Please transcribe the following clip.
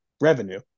revenue